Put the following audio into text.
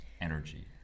energy